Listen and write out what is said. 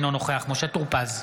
אינו נוכח משה טור פז,